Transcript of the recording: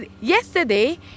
yesterday